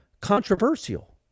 controversial